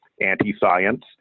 anti-science